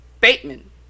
Bateman